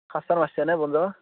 সাৰ চাৰ মাৰিছনে